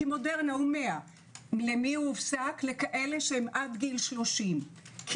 כי מודרנה הוא 100. הוא הופסק לכאלה שעד גיל 30 כי